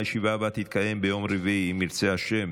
הוראת שעה,